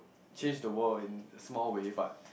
change the world in a small way but